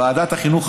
ועדת החינוך,